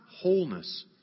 wholeness